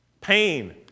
Pain